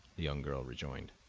the young girl rejoined.